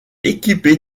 équipée